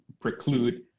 preclude